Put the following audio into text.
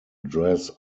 dress